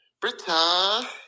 Britta